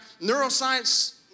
neuroscience